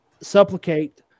supplicate